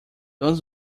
don’t